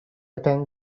attend